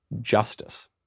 justice